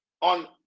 on